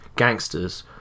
Gangsters